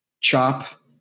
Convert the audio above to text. Chop